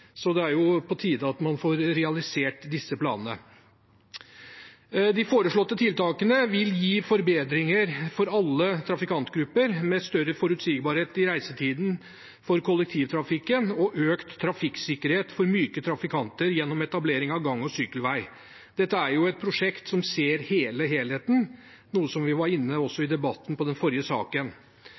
så det er på tide at man får realisert disse planene. De foreslåtte tiltakene vil gi forbedringer for alle trafikantgrupper, med større forutsigbarhet i reisetiden for kollektivtrafikken og økt trafikksikkerhet for myke trafikanter gjennom etablering av gang- og sykkelvei. Dette er et prosjekt som ser helheten, noe vi var inne på også i debatten i den forrige saken.